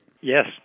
Yes